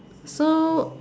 so